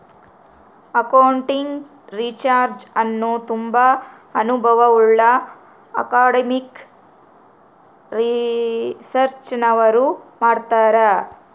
accounting research ಅನ್ನು ತುಂಬಾ ಅನುಭವವುಳ್ಳ ಅಕಾಡೆಮಿಕ್ ರಿಸರ್ಚ್ನವರು ಮಾಡ್ತರ್